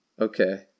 okay